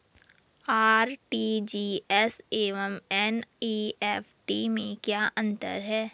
RTGS एवं NEFT में क्या अंतर है?